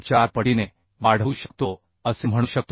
4 पटीने वाढवू शकतो असे म्हणू शकतो